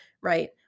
right